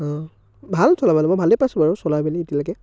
অ' ভাল চলাবলৈ মই ভালে পাইছো বাৰু চলাই মেলি এতিয়ালৈকে